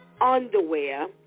underwear